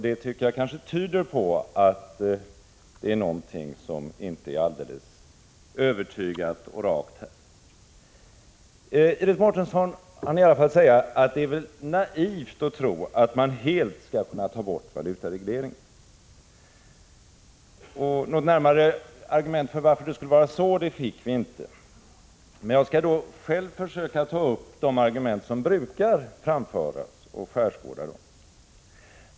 Jag tycker att det tyder på att det finns något som inte är alldeles övertygat och rakt. Iris Mårtensson hann i alla fall säga att det är naivt att tro att man helt skulle kunna ta bort valutaregleringen. Något närmare argument för varför det skulle vara så fick vi emellertid inte. Jag skall då själv försöka ta upp de argument som brukar tas upp och skärskåda dem.